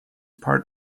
part